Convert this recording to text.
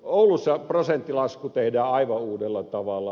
oulussa prosenttilasku tehdään aivan uudella tavalla